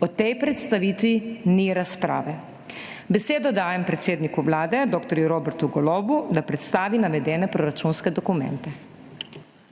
O tej predstavitvi ni razprave. Besedo dajem predsedniku Vlade dr. Robertu Golobu, da predstavi navedene proračunske dokumente.